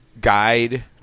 guide